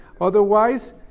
Otherwise